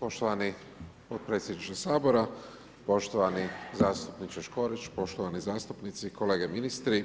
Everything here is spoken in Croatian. Poštovani podpredsjedniče Sabora, poštovani zastupniče Škorić, poštovani zastupnici, kolege ministri,